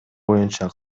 боюнча